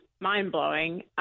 mind-blowing